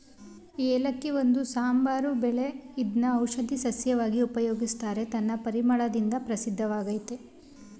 ಏಲಕ್ಕಿ ಒಂದು ಸಾಂಬಾರು ಬೆಳೆ ಇದ್ನ ಔಷಧೀ ಸಸ್ಯವಾಗಿ ಉಪಯೋಗಿಸ್ತಾರೆ ತನ್ನ ಪರಿಮಳದಿಂದ ಪ್ರಸಿದ್ಧವಾಗಯ್ತೆ